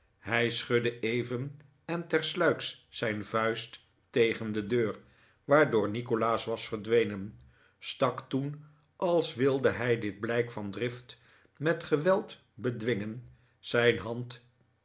hij schudde even en tersluiks zijn vuist tegen de deur waardoor nikolaas was verdwenen stak toen als wilde hij dit blijk van drift met geweld bedwingen zijn hand